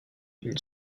une